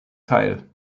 teil